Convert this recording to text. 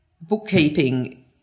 bookkeeping